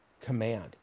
command